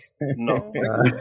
no